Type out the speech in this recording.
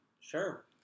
Sure